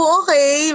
okay